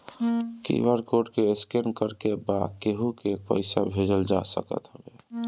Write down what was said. QR code के scan करके बा केहू के पईसा भेजल जा सकत हवे